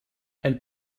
elle